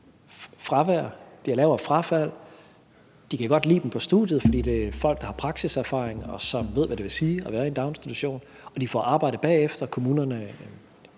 fravær og lavere frafald, de kan godt lide dem på studiet, fordi det er folk, der har praksiserfaring, og som ved, hvad det vil sige at være i en daginstitution, og de får arbejde bagefter. Det er